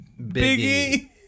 Biggie